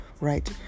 right